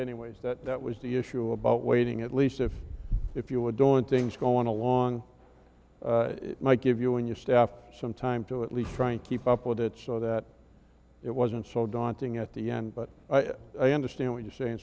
anyways that that was the issue about waiting at least if if you were daunting to go along might give you and your staff some time to at least try and keep up with it so that it wasn't so daunting at the end but i understand what you're saying